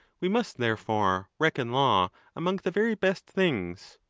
we must therefore reckon law among the very best things.